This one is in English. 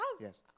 Yes